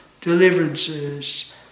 deliverances